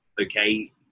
okay